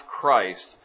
Christ